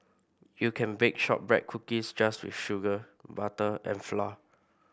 you can bake shortbread cookies just with sugar butter and flour